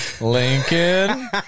Lincoln